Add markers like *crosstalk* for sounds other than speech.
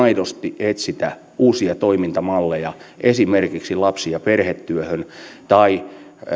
*unintelligible* aidosti etsi uusia toimintamalleja esimerkiksi lapsi ja perhetyöhön tai